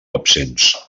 absents